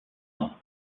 ans